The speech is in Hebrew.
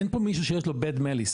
אין פה מישהו שיש לו bad melis,